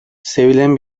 sevilen